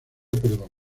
perdón